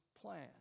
plan